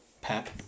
Pep